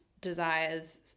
desires